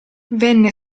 venne